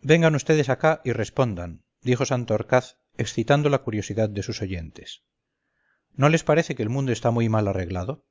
vengan vds acá y respondan dijo santorcaz excitando la curiosidad de sus oyentes no les parece que el mundo está muy mal arreglado